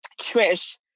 Trish